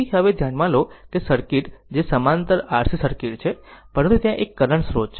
તેથી હવે ધ્યાનમાં લો કે સર્કિટ જે સમાંતર RC સર્કિટ છે પરંતુ ત્યાં એક કરંટ સ્રોત છે